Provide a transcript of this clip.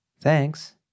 Thanks